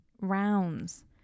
rounds